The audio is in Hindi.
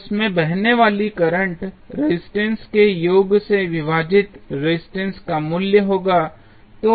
तो इसमें बहने वाली करंट रेजिस्टेंस के योग से विभाजित रेजिस्टेंस का मूल्य होगा